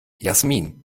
jasmin